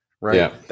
right